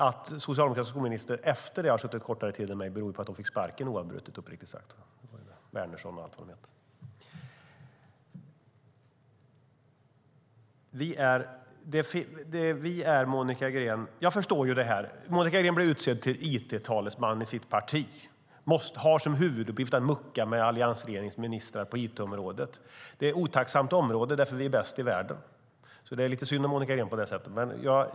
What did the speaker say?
Att socialdemokratiska skolministrar - Wärnersson och allt vad de hette - har suttit kortare tid beror uppriktigt sagt på att de oavbrutet fick sparken. Jag förstår det här. Monica Green blev utsedd till it-talesman i sitt parti och har som huvuduppgift att mucka med alliansregeringens ministrar på it-området. Det är otacksamt, för vi är bäst i världen på det området. Det är lite synd om Monica Green på det sättet.